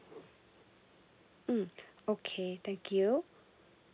mm okay thank you